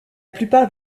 plupart